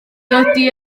dydy